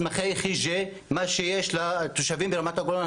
מסמכי חיג'ה מה שיש לתושבים ברמת הגולן,